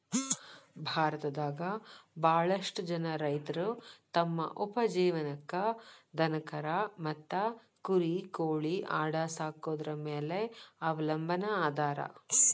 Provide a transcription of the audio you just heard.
ಭಾರತದಾಗ ಬಾಳಷ್ಟು ಜನ ರೈತರು ತಮ್ಮ ಉಪಜೇವನಕ್ಕ ದನಕರಾ ಮತ್ತ ಕುರಿ ಕೋಳಿ ಆಡ ಸಾಕೊದ್ರ ಮ್ಯಾಲೆ ಅವಲಂಬನಾ ಅದಾರ